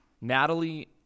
Natalie